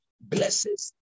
blesses